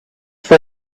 for